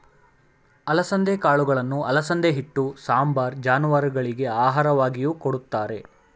ಅಲಸಂದೆ ಕಾಳುಗಳನ್ನು ಅಲಸಂದೆ ಹಿಟ್ಟು, ಸಾಂಬಾರ್, ಜಾನುವಾರುಗಳಿಗೆ ಆಹಾರವಾಗಿಯೂ ಕೊಡುತ್ತಾರೆ